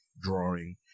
drawing